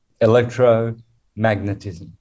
electromagnetism